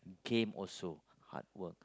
game also hard work